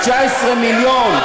19 מיליון.